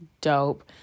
Dope